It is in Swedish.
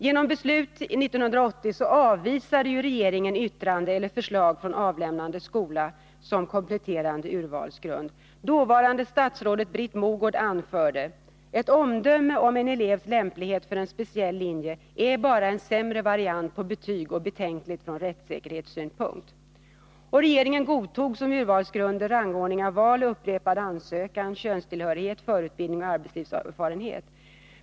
Genom beslut 1980 avvisade regeringen yttrande eller förslag från avlämnande skola som kompletterande urvalsgrund. Dåvarande statsrådet Britt Mogård anförde: ”Ett omdöme om en elevs lämplighet för en speciell linje är bara en sämre variant på betyg och betänkligt från rättssäkerhetssynpunkt.” Regeringen godtog som urvalsgrunder rangordning av val, upprepad ansökan, könstillhörighet, förutbildning och arbetslivserfarenhet.